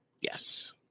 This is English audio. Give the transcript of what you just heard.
Yes